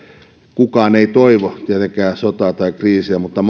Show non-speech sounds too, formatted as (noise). kukaan ei toivo tietenkään sotaa tai kriisiä mutta (unintelligible)